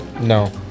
No